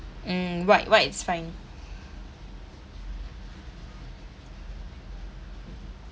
mm white white is fine